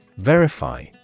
Verify